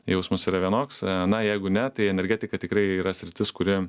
jausmas yra vienoks na jeigu ne tai energetika tikrai yra sritis kuri